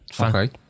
Okay